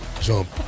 jump